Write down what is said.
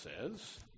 says